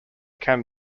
can